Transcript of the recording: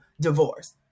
divorce